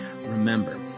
Remember